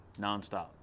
nonstop